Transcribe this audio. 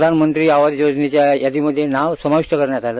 प्रधानमंत्री आवास योजनेच्या यादीत नाव समाविष्ट करण्यात आलं